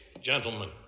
gentlemen